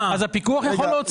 הפיקוח יכול להוציא הוראות.